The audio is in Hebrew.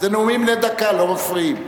זה נאומים בני דקה, לא מפריעים.